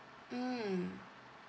mm